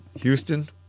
Houston